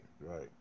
right